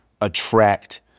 attract